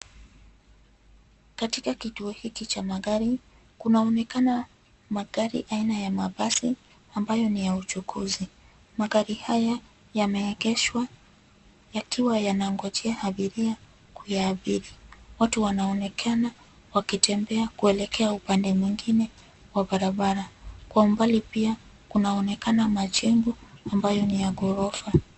Katika kituo hiki cha magari, kunaonekana magari aina ya mabasi, ambayo ni ya uchukuzi. Magari haya yameegeshwa, yakiwa yanangojea abiria kuyaabiri. Watu wanaonekana wakitembea kuelekea upande mwingine wa barabara. Kwa umbali pia, kunaonekana majengo ambayo ni ya ghorofa.